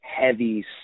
heavy